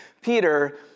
Peter